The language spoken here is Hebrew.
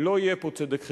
לא יהיה פה צדק חברתי.